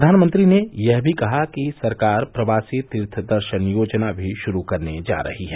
प्रधानमंत्री ने यह भी कहा कि सरकार प्रवासी तीर्थ दर्शन योजना भी शुरू करने जा रही है